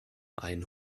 ein